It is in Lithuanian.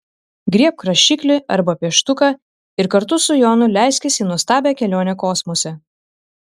griebk rašiklį arba pieštuką ir kartu su jonu leiskis į nuostabią kelionę kosmose